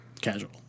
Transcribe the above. casual